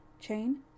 Chain